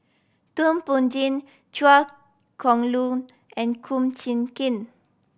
Thum Ping Tjin Chua Chong Long and Kum Chee Kin